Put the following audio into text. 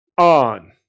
on